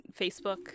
Facebook